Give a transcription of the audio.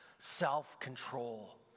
Self-control